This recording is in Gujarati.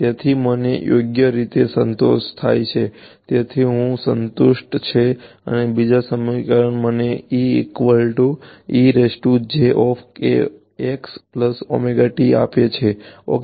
તેથી મને તે યોગ્ય રીતે સંતોષ થાય છે તેથી આ સંતુષ્ટ છે અને બીજું સમીકરણ મને આપે છે ઓકે